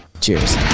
cheers